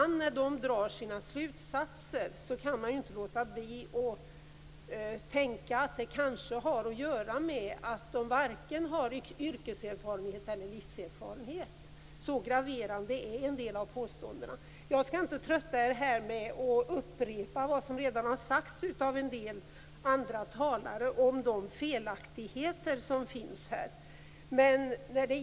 När de drar sina slutsatser kan man ibland inte låta bli att tänka att det kanske har att göra med att de varken har yrkeserfarenhet eller livserfarenhet. Så graverande är en del av påståendena. Jag skall inte trötta er här med att upprepa vad som redan har sagts av andra talare om de felaktigheter som finns i rapporten.